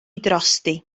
drosti